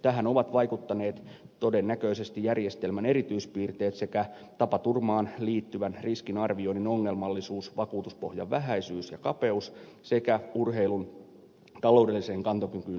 tähän ovat vaikuttaneet todennäköisesti järjestelmän erityispiirteet sekä tapaturmaan liittyvän riskin arvioinnin ongelmallisuus vakuutuspohjan vähäisyys ja kapeus sekä urheilun taloudelliseen kantokykyyn liittyvät epävarmuustekijät